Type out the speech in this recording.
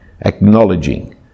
acknowledging